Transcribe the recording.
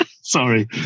Sorry